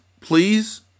Please